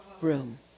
room